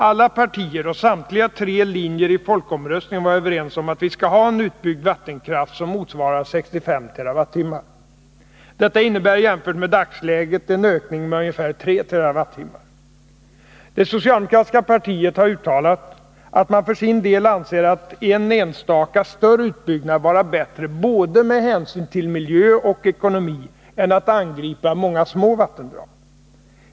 Alla partier och samtliga tre linjer i folkomröstningen var överens om att vi skall ha en utbyggd vattenkraft som motsvarar 65 TWh. Detta innebär jämfört med dagsläget en ökning med ungefär 3 TWh. Det socialdemokratiska partiet har uttalat att det för sin del anser en enstaka större utbyggnad vara bättre med hänsyn till både miljö och ekonomi än att angripa många små vattendrag.